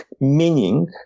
meaning